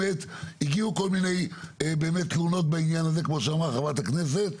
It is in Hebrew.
הגיעו כל מיני תלונות בעניין הזה כמו שאמרה חברת הכנסת,